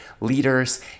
leaders